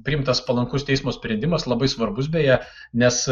priimtas palankus teismo sprendimas labai svarbus beje nes